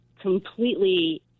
completely